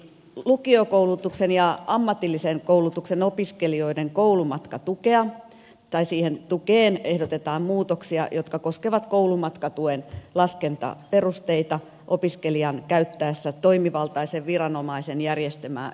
lukiokoulutuksen ja ammatillisen koulutuksen opiskelijoiden koulumatkatukeen ehdotetaan muutoksia jotka koskevat koulumatkatuen laskentaperusteita opiskelijan käyttäessä toimivaltaisen viranomaisen järjestämää joukkoliikennettä